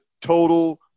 total